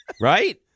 Right